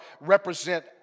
represent